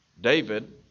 David